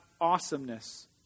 awesomeness